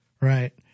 right